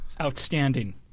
Outstanding